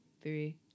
three